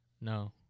No